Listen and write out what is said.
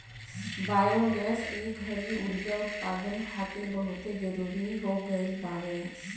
biogas ए घड़ी उर्जा उत्पदान खातिर बहुते जरुरी हो गईल बावे